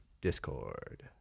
Discord